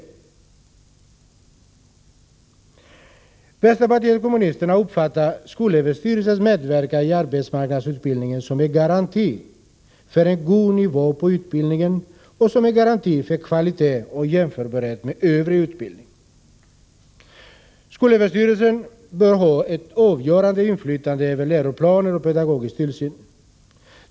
Från vänsterpartiet kommunisternas sida uppfattar vi skolöverstyrelsens medverkan i arbetsmarknadsutbildningen som en garanti för en god nivå på utbildningen och för kvalitet samt som en garanti för att utbildningen är jämförbar med övrig utbildning. Skolöverstyrelsen bör ha ett avgörande inflytande när det gäller läroplaner och pedagogisk tillsyn.